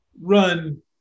run